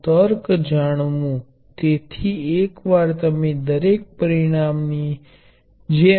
5 volt અને 9 volt ખરીદી શકું છું અને તેમને સમાંતરમાં બે વાયરનો ઉપયોગ કરીને જોડી પણ શકું છું